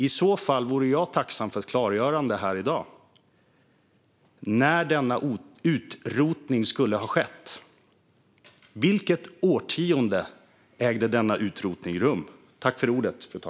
I så fall vore jag tacksam för ett klargörande här i dag gällande när denna utrotning skulle ha skett. Vilket årtionde ägde denna utrotning rum?